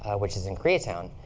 which is in korea town.